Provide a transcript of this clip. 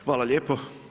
Hvala lijepo.